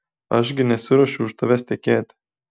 aš gi nesiruošiu už tavęs tekėti